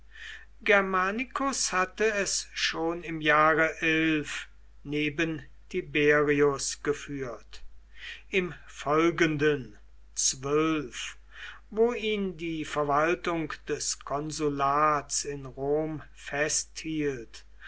germanicus hatte es schon im jahre neben tiberius geführt im folgenden wo ihn die verwaltung des konsulats in rom festhielt